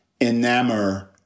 enamor